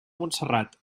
montserrat